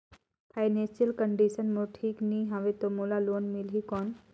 Financial condition मोर ठीक नी हवे तो मोला लोन मिल ही कौन??